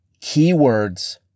keywords